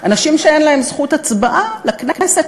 אנשים שאין להם זכות הצבעה לכנסת,